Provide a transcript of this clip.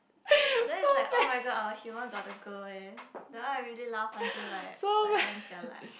then is like oh-my-god our humour gonna go eh that one I really laugh until like like damn jialat